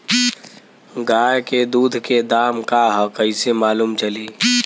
गाय के दूध के दाम का ह कइसे मालूम चली?